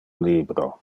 libro